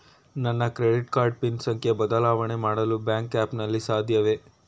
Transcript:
ನನ್ನ credit card pin ಸಂಖ್ಯೆ ಬದಲಾವಣೆ ಮಾಡಲು ಬ್ಯಾಂಕ್ ಆ್ಯಪ್ ನಲ್ಲಿ ಸಾಧ್ಯವೇ?